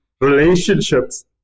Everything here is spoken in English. relationships